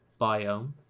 biome